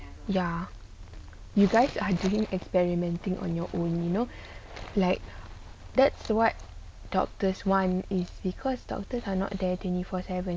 ya you guys are doing experimenting on your own you know like that's what doctors want it's because doctors are not there twenty four seven